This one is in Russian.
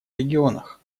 регионах